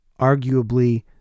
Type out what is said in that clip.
arguably